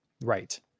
right